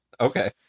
Okay